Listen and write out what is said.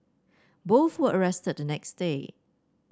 both were arrested the next day